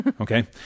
Okay